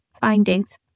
findings